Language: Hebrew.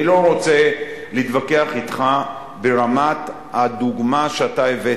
אני לא רוצה להתווכח אתך ברמת הדוגמה שאתה הבאת.